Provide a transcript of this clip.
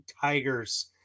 Tigers